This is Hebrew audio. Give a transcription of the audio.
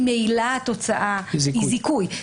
ממילא התוצאה היא זיכוי.